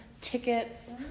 tickets